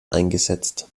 eingesetzt